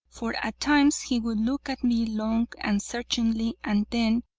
for at times he would look at me long and searchingly, and then,